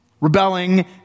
rebelling